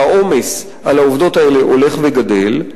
שהעומס על העובדות האלה הולך וגדל.